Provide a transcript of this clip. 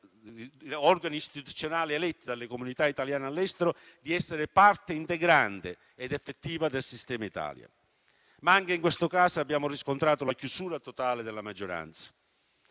organi istituzionali eletti dalle comunità italiane all'estero di essere parte integrante ed effettiva del sistema Italia; ma anche in questo caso abbiamo riscontrato la chiusura totale della maggioranza.